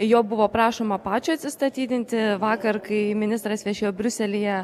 jo buvo prašoma pačio atsistatydinti vakar kai ministras viešėjo briuselyje